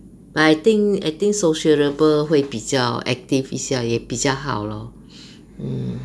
but I think I think sociable 会比较 active 一下也比较好 lor